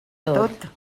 tot